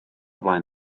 flaen